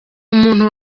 umuntu